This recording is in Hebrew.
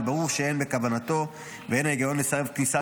אבל ברור שאין בכוונתו לסרב לכניסה